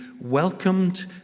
welcomed